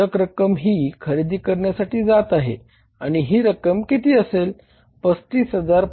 शिल्लक रक्कम ही खरेदी करण्यासाठी जात आहे आणि ही रक्कम किती असेल